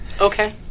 Okay